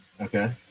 Okay